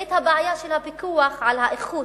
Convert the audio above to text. ואת הבעיה של הפיקוח על האיכות,